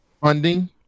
funding